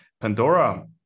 Pandora